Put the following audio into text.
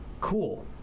Cool